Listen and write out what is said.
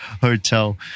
hotel